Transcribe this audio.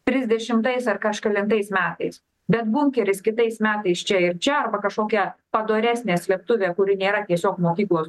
trisdešimtais ar kažkelintais metais bet bunkeris kitais metais čia čia arba kažkokia padoresnė slėptuvė kuri nėra tiesiog mokyklos